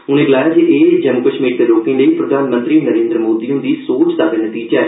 उनें गलाया जे एह जम्मू कश्मीर दे लोकें लेई प्रधानमंत्री नरेन्द्र मोदी हृंदी सोच दा गै नतीजा ऐ